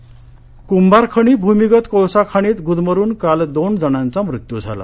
खाण यवतमाळ कुंभारखणी भूमिगत कोळसा खाणीत गुदमरून काल दोन जणांचा मृत्यू झाला